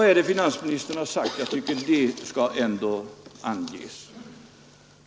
Men vad har finansministern sagt — jag tycker ändå att det skall anges?